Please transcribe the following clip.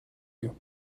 you